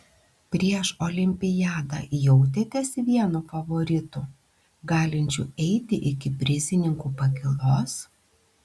prieš olimpiadą jautėtės vienu favoritų galinčiu eiti iki prizininkų pakylos